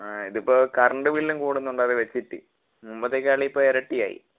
ആ ഇതിപ്പോൾ കറണ്ട് ബില്ലും കൂടുന്നുണ്ട് അത് വെച്ചിട്ട് മുമ്പത്തേക്കാളും ഇപ്പോൾ ഇരട്ടിയായി